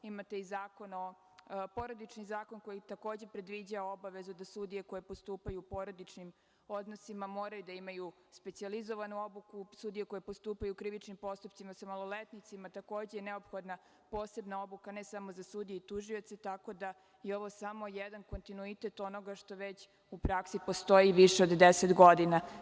Imate i Porodični zakon, koji takođe predviđa obavezu da sudije koje postupaju u porodičnim odnosima moraju da imaju specijalizovanu obuku, sudije koje postupaju u krivičnim postupcima sa maloletnicima, takođe je neophodna posebna obuka, ne samo za sudije i tužioce, tako da je ovo samo jedan kontinuitet onoga što već u praksi postoji više od 10 godina.